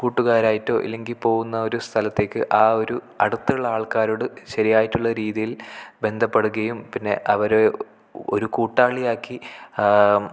കൂട്ടുകാരായിട്ടോ ഇല്ലെങ്കിൽ പോകുന്ന ഒരു സ്ഥലത്തേക്ക് ആ ഒരു അടുത്തുള്ള ആൾക്കാരോട് ശരിയായിട്ടുള്ള രീതിയിൽ ബന്ധപ്പെടുകയും പിന്നെ അവരെ ഒരു കൂട്ടാളിയാക്കി